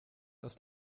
aus